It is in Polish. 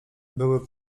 były